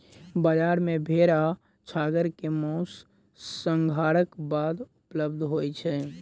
बजार मे भेड़ आ छागर के मौस, संहारक बाद उपलब्ध होय छै